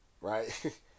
Right